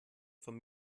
von